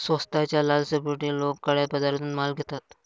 स्वस्ताच्या लालसेपोटी लोक काळ्या बाजारातून माल घेतात